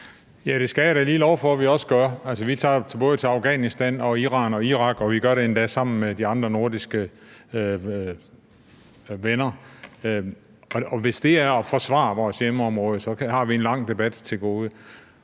Ja, det skal jeg da lige love for at vi også gør. Vi tager både til Afghanistan og Iran og Irak, og vi gør det endda sammen med de andre nordiske venner. Hvis det er at forsvare vores hjemområde, har vi en lang debat til gode.